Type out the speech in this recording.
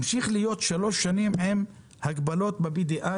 ממשיך להיות במשך שלוש שנים עם הגבלות ב-BDI.